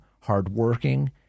hardworking